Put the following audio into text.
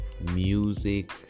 music